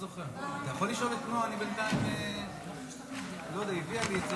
הודעה מטעם יושב-ראש ועדת